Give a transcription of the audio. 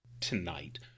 Tonight